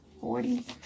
forty